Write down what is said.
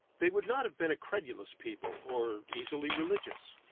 they would not have been a credulous people, or easily religious.